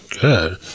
Good